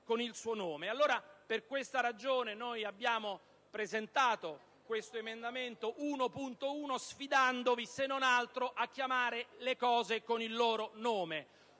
con il suo nome. Per questa ragione, abbiamo presentato l'emendamento 1.1, sfidandovi se non altro a chiamare le cose con il loro nome.